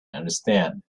understand